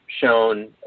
shown